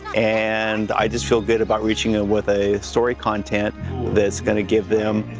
and i just feel good about reaching them with a story con tint that's going to give them,